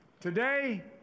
Today